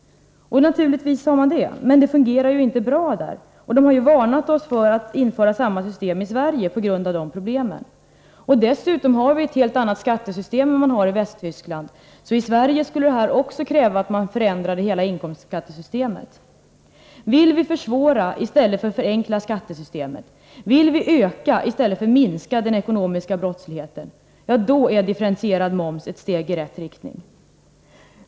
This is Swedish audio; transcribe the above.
Visst har man det, men det fungerar ju inte heller bra där. De har varnat oss för att införa samma system i Sverige på grund av dessa problem. Dessutom har vi ett helt annat skattesystem än man har it.ex. Västtyskland, så i Sverige skulle detta också kräva att man förändrade hela inkomstskattesystemet. Vill vi försvåra i stället för att förenkla skattesystemet, vill vi öka i stället för att minska den ekonomiska brottsligheten, ja, då är differentierad moms ett steg i rätt riktning.